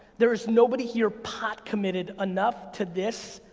there is nobody here pot committed enough to this,